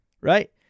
right